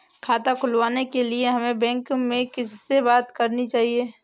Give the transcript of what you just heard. खाता खुलवाने के लिए हमें बैंक में किससे बात करनी चाहिए?